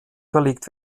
verlegt